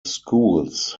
schools